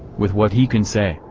with what he can say,